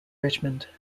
richmond